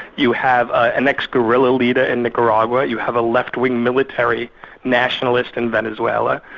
you have an ex-guerrilla leader in nicaragua, you have a left-wing military nationalist in venezuela,